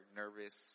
nervous